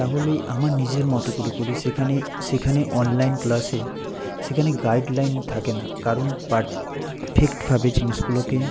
তাহলে আমার নিজের মতো করে করি সেখানে সেখানে অনলাইন ক্লাসে সেখানে গাইডলাইন থাকে না কারণ পারফেক্টভাবে জিনিসগুলোকে